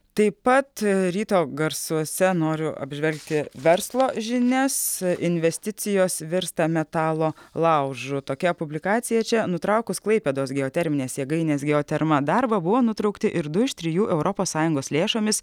taip pat ryto garsuose noriu apžvelgti verslo žinias investicijos virsta metalo laužu tokia publikacija čia nutraukus klaipėdos geoterminės jėgainės geoterma darbą buvo nutraukti ir du iš trijų europos sąjungos lėšomis